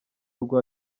rwa